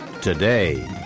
today